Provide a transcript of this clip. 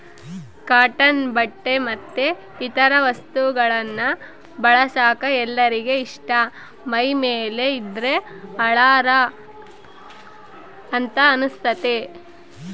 cotton ಬಟ್ಟೆ ಮತ್ತೆ ಇತರ ವಸ್ತುಗಳನ್ನ ಬಳಸಕ ಎಲ್ಲರಿಗೆ ಇಷ್ಟ ಮೈಮೇಲೆ ಇದ್ದ್ರೆ ಹಳಾರ ಅಂತ ಅನಸ್ತತೆ